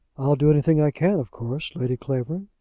i'll do anything i can, of course, lady clavering.